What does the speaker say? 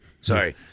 Sorry